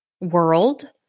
world